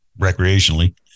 recreationally